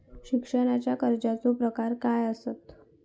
शिक्षणाच्या कर्जाचो प्रकार काय आसत?